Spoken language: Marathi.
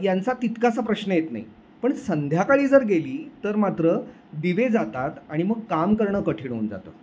यांचा तितकासा प्रश्न येत नाही पण संध्याकाळी जर गेली तर मात्र दिवे जातात आणि मग काम करणं कठीण होऊन जातं